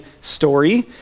story